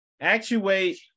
Actuate